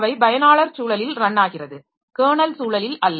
அவை பயனாளர் சூழலில் ரன் ஆகிறது கெர்னல் சூழலில் அல்ல